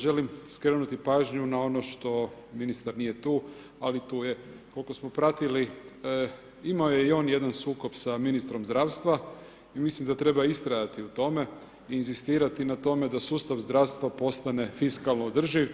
Želim skrenuti pažnju na ono što ministar nije tu ali tu je koliko smo pratili, imao je i on jedan sukob sa ministrom zdravstva i mislim da treba ustrajati u tome i inzistirati na tome da sustav zdravstva postane fiskalno održiv